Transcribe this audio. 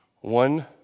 One